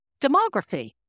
demography